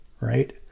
right